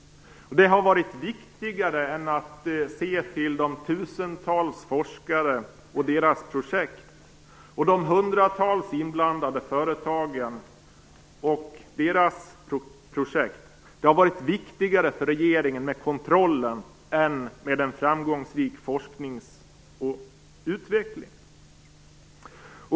Det har varit viktigare än att se till de tusentals forskarna och deras projekt och de hundratals inblandade företagen och deras projekt. Det har varit viktigare för regeringen med kontrollen än med en framgångsrik forskning och utveckling.